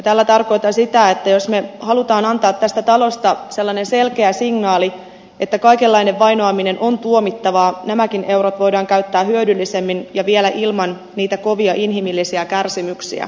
tällä tarkoitan sitä että jos me haluamme antaa tästä talosta sellaisen selkeän signaalin että kaikenlainen vainoaminen on tuomittavaa nämäkin eurot voidaan käyttää hyödyllisemmin ja vielä ilman niitä kovia inhimillisiä kärsimyksiä